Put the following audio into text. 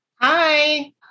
Hi